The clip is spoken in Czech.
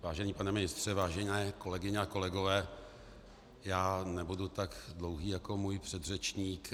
Vážený pane ministře, vážené kolegyně a kolegové, nebudu tak dlouhý jako můj předřečník.